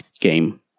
game